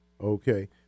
Okay